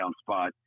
spot